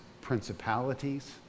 principalities